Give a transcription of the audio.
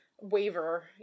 waiver